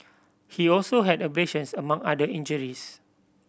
he also had abrasions among other injuries